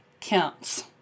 counts